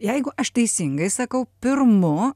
jeigu aš teisingai sakau pirmu